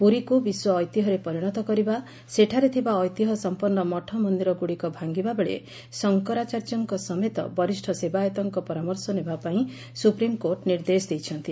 ପୁରୀକୁ ବିଶ୍ୱ ଐତିହ୍ୟରେ ପରିଣତ କରିବା ସେଠାରେ ଥିବା ଐତିହ୍ୟ ସଂପନ୍ନ ମଠମନ୍ଦିରଗୁଡ଼ିକ ଭାଙ୍ଗିବା ବେଳେ ଶଙ୍କରାଚାର୍ଯ୍ୟଙ୍କ ସମେତ ବରିଷ ସେବାୟତଙ୍କ ପରାମର୍ଶ ନେବା ପାଇଁ ସ୍ବପ୍ରିମକୋର୍ଟ ନିର୍ଦ୍ଦେଶ ଦେଇଛନ୍ତି